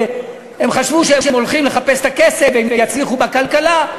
הם חשבו שהם הולכים לחפש את הכסף והם יצליחו בכלכלה,